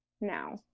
Now